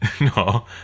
No